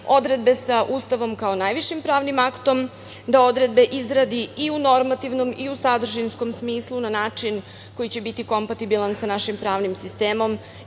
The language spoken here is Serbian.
odredbe sa Ustavom kao najvišim pravnim aktom, da odredbe izradi i u normativnom i u sadržinskom smislu na način koji će biti kompatibilan sa našim pravnim sistemom